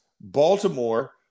Baltimore